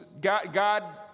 God